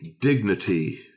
dignity